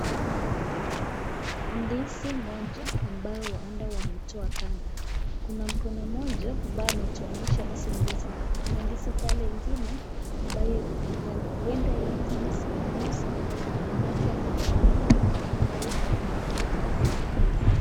Ndizi moja ambayo huenda wametoa ganda, kuna mkono moja ambayo wametoanisha hizi ndizi. Kuna ndizi pale ingine, ambayo imekaa pale .Huenda hizi ndizi imeoza maanake ya maji mingi ambaye imefanya ndizi kuoza.